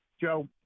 Joe